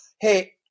hey